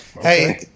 Hey